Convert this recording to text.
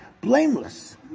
blameless